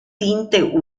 tinte